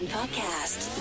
Podcast